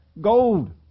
Gold